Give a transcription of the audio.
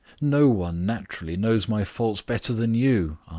no one, naturally, knows my faults better than you,